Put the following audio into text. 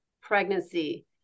pregnancy